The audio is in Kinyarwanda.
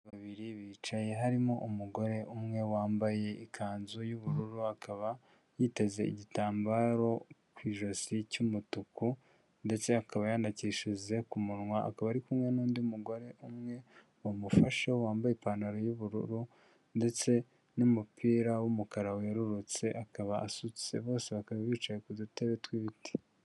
Abana babiri bicaye harimo umugore umwe wambaye ikanzu y'ubururu, akaba yiteze igitambaro ku ijosi cy'umutuku, ndetse akaba yanacyishize ku munwa, akaba ari kumwe n'undi mugore umwe wamufashe wambaye ipantaro y'ubururu ndetse n'umupira w'umukara werurutse, akaba asutse, bose bakaba bicaye ku dutebe tw'ibiti.